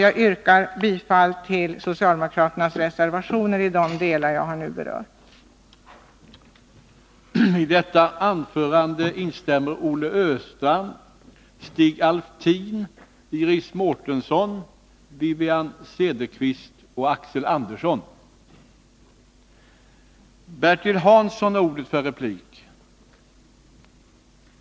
Jag yrkar bifall till de socialdemokratiska reservationerna i de delar som jag nu tagit upp.